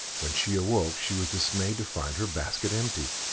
when she awoke she was dismayed to find her basket empty.